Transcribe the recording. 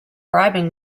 bribing